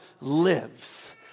lives